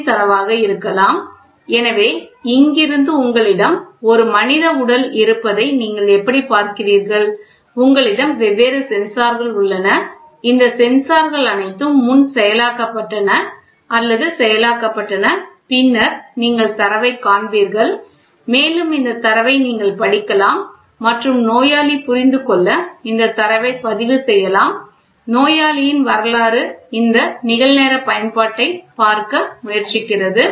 G தரவாக இருக்கலாம் எனவே இங்கிருந்து உங்களிடம் ஒரு மனித உடல் இருப்பதை நீங்கள் எப்படிப் பார்க்கிறீர்கள் உங்களிடம் வெவ்வேறு சென்சார்கள் உள்ளன இந்த சென்சார்கள் அனைத்தும் முன் செயலாக்கப்பட்டன அல்லது செயலாக்கப்பட்டன பின்னர் நீங்கள் தரவைக் காண்பிப்பீர்கள் மேலும் இந்த தரவை நீங்கள் படிக்கலாம் மற்றும் நோயாளி புரிந்துகொள்ள இந்த தரவை பதிவு செய்யலாம் நோயாளியின் வரலாறு இந்த நிகழ்நேர பயன்பாட்டைப் பார்க்க முயற்சிக்கிறது